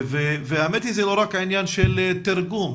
והאמת היא זה לא רק העניין של תרגום.